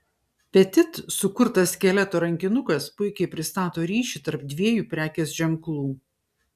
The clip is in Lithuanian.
petit sukurtas skeleto rankinukas puikiai pristato ryšį tarp dviejų prekės ženklų